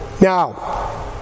Now